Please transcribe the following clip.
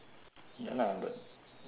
ya lah but